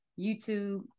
YouTube